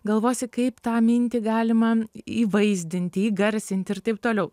galvosi kaip tą mintį galima įvaizdinti įgarsinti ir taip toliau